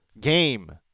game